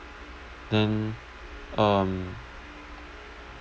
then um